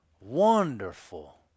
wonderful